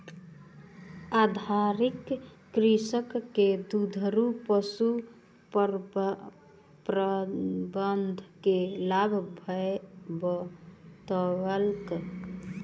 अधिकारी कृषक के दुधारू पशु प्रबंधन के लाभ बतौलक